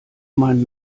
meinen